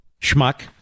schmuck